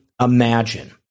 imagine